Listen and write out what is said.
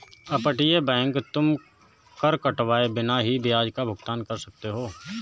अपतटीय बैंक में तुम कर कटवाए बिना ही ब्याज का भुगतान कर सकते हो